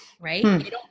right